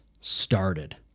started